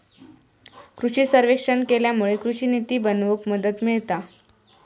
कृषि सर्वेक्षण केल्यामुळे कृषि निती बनवूक मदत मिळता